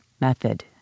method